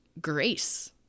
grace